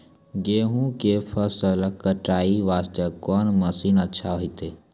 गेहूँ के फसल कटाई वास्ते कोंन मसीन अच्छा होइतै?